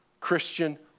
Christian